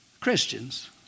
Christians